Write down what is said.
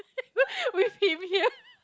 with him here